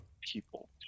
people